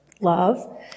love